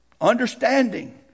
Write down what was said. understanding